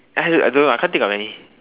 I also I don't know I can't think of any